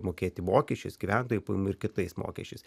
mokėti mokesčiais gyventojų pajamų ir kitais mokesčiais